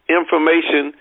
information